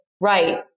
right